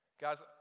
Guys